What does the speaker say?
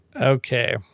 Okay